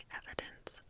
evidence